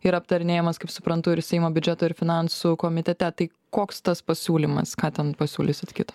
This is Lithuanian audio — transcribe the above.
ir aptarinėjamas kaip suprantu ir seimo biudžeto ir finansų komitete tai koks tas pasiūlymas ką ten pasiūlysit kito